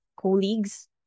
colleagues